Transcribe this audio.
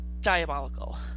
diabolical